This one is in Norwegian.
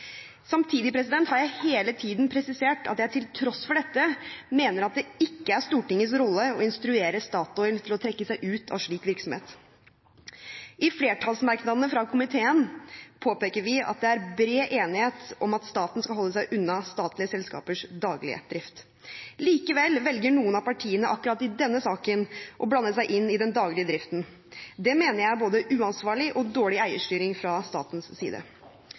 Samtidig har jeg hele tiden presisert at jeg til tross for dette mener at det ikke er Stortingets rolle å instruere Statoil til å trekke seg ut av slik virksomhet. I flertallsmerknadene fra komiteen påpeker vi at det er bred enighet om at staten skal holde seg unna statlige selskapers daglige drift. Likevel velger noen av partiene akkurat i denne saken å blande seg inn i den daglige driften. Det mener jeg er både uansvarlig og dårlig eierstyring fra statens side.